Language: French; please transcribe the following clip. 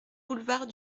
boulevard